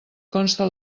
conste